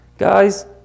Guys